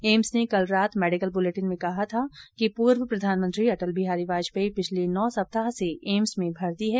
AIIMS ने कल रात मेडिकल बूलेटिन में कहा था पूर्व प्रधामंत्री अटल बिहारी वाजपेयी पिछले नौ सप्ताह से एम्स में मर्ती हैं